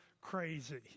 crazy